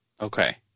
Okay